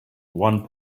one